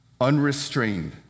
unrestrained